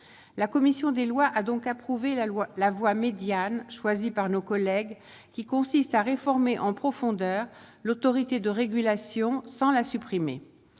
la commission des lois a donc approuvé la loi la voie médiane choisie par nos collègues qui consiste à réformer en profondeur l'Autorité de régulation sans la supprimer,